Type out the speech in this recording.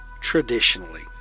traditionally